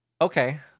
Okay